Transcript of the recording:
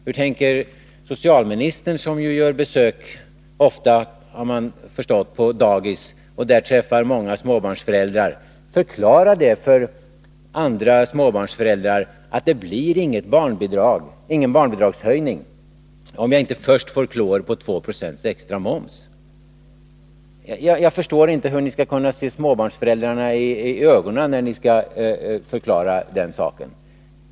Hur tänker socialministern, som ju ofta gör besök på dagis, har jag förstått, och där träffar många småbarnsföräldrar förklara för dem att ”det blir ingen barnbidragshöjning om jag inte först får klå er på 2 20 extra moms”? Jag förstår inte hur ni skall kunna se småbarnsföräldrarna i ögonen när ni skall Nr 51 förklara den saken.